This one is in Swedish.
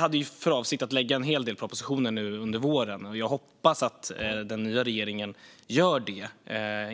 hade för avsikt att lägga fram en hel del propositioner under våren. Jag hoppas att den nya regeringen gör det.